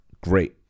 great